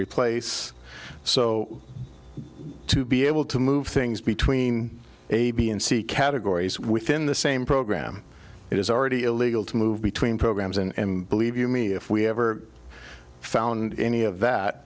replace so to be able to move things between a b and c categories within the same program it is already illegal to move between programs and believe you me if we ever found any of that